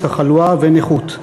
תחלואה ונכות.